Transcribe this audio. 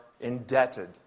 indebted